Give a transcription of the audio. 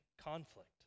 conflict